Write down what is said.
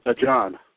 John